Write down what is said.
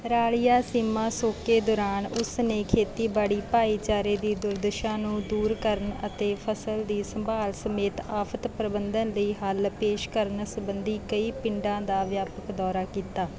ਰਾਲੀਆ ਸੀਮਾ ਸੋਕੇ ਦੌਰਾਨ ਉਸ ਨੇ ਖੇਤੀਬਾੜੀ ਭਾਈਚਾਰੇ ਦੀ ਦੁਰਦਸ਼ਾ ਨੂੰ ਦੂਰ ਕਰਨ ਅਤੇ ਫ਼ਸਲ ਦੀ ਸੰਭਾਲ ਸਮੇਤ ਆਫ਼ਤ ਪ੍ਰਬੰਧਨ ਲਈ ਹੱਲ ਪੇਸ਼ ਕਰਨ ਸੰਬੰਧੀ ਕਈ ਪਿੰਡਾਂ ਦਾ ਵਿਆਪਕ ਦੌਰਾ ਕੀਤਾ